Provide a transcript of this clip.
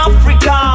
Africa